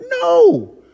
No